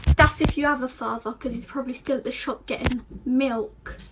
that's if you have a father, cause probably still at the shop getting milk.